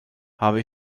habe